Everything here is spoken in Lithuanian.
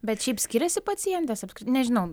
bet šiaip skiriasi pacientės apskri nežinau